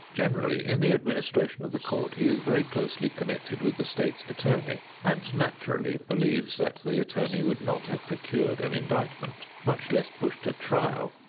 generally, in the administration of the court he is very closely connected with the state's attorney and naturally believes that the attorney would not have procured an indictment, much less pushed a trial,